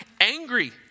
angry